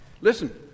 Listen